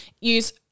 Use